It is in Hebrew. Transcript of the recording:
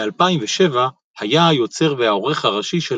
ב-2007 היה היוצר והעורך הראשי של